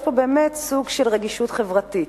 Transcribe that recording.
יש פה באמת סוג של רגישות חברתית,